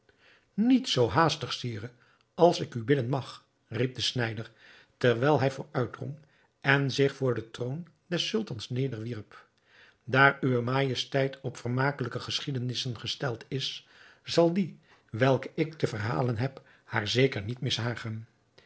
niet zoo haastig sire als ik u bidden mag riep de snijder terwijl hij vooruitdrong en zich voor den troon des sultans nederwierp daar uwe majesteit op vermakelijke geschiedenissen gesteld is zal die welke ik te verhalen heb haar zeker niet